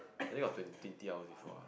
I think got twen~ twenty hours before ah